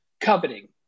coveting